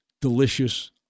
delicious